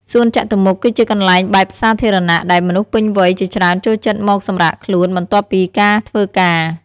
សួនចតុមុខ គឺជាកន្លែងបែបសាធារណៈ ដែលមនុស្សពេញវ័យជាច្រើនចូលចិត្តមកសម្រាកខ្លួន បន្ទាប់ពីការធ្វើការ។